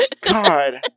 God